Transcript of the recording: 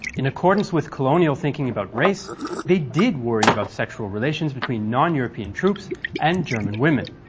in accordance with colonial thinking about race they did worry about sexual relations between non-european troops and german women.